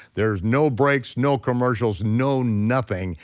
there's no breaks, no commercials, no nothing.